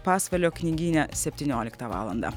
pasvalio knygyne septynioliktą valandą